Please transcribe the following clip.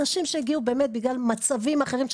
נשים שהגיעו באמת בגלל מצבים אחרים,